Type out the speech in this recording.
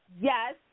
Yes